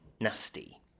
nasty